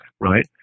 right